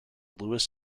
lewis